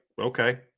okay